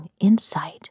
insight